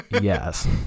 Yes